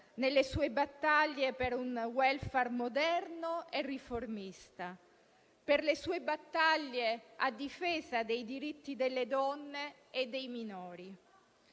nelle sue battaglie per un *welfare* moderno e riformista e in difesa dei diritti delle donne e dei minori.